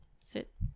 Sit